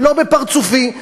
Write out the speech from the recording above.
לא בפרצופי.